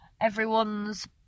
everyone's